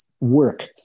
work